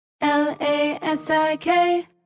L-A-S-I-K